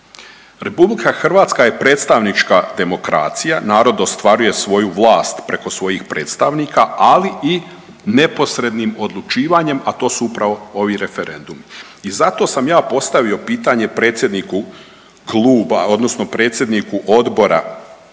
Republika Hrvatska je predstavnička demokracija, narod ostvaruje svoju vlast preko svojih predstavnika, ali i neposrednim odlučivanjem, a to su upravo ovi referendumi. I zato sam ja postavio pitanje predsjedniku kluba, odnosno predsjedniku Odbora za Ustav